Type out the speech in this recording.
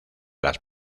las